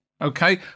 okay